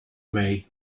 away